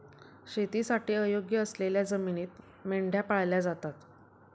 शेतीसाठी अयोग्य असलेल्या जमिनीत मेंढ्या पाळल्या जातात